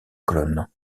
colonne